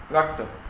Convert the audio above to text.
वक़्तु